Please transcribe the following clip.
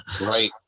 Right